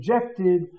rejected